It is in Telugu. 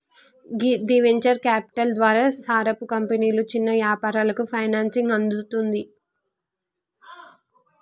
గీ వెంచర్ క్యాపిటల్ ద్వారా సారపు కంపెనీలు చిన్న యాపారాలకు ఫైనాన్సింగ్ అందుతుంది